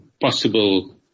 possible